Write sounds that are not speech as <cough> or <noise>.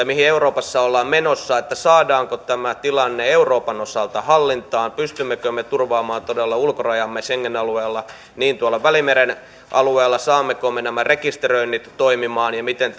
<unintelligible> mihin euroopassa ollaan menossa saadaanko tämä tilanne euroopan osalta hallintaan pystymmekö me turvaamaan todella ulkorajamme schengen alueella tuolla välimeren alueella saammeko me nämä rekisteröinnit toimimaan ja miten <unintelligible>